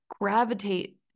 gravitate